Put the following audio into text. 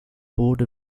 board